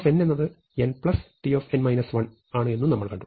t എന്നത് nt ആണ് എന്നും നമ്മൾ കണ്ടു